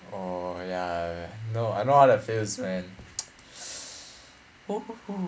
oh ya no I know how that feels man